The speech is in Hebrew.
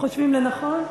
חושבים לנכון.